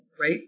right